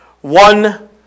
One